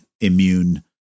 immune